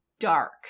dark